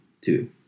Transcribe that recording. two